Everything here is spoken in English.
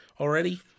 already